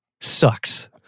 sucks